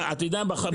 מה זה עכשיו?